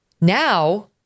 Now